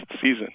season